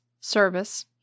service